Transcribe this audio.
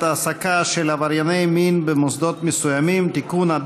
העסקה של עברייני מין במוסדות מסוימים (תיקון,